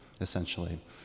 essentially